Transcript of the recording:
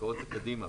הן לקדימה.